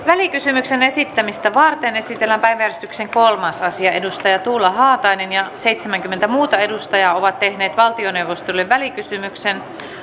välikysymyksen esittämistä varten esitellään päiväjärjestyksen kolmas asia tuula haatainen ja seitsemänkymmentä muuta edustajaa ovat tehneet valtioneuvostolle välikysymyksen